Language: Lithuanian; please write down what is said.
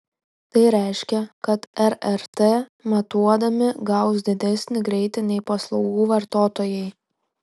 tai reiškia kad rrt matuodami gaus didesnį greitį nei paslaugų vartotojai